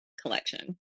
collection